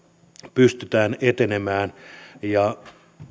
pystytään etenemään ja